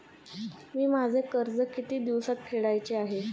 मी माझे कर्ज किती दिवसांत फेडायचे आहे?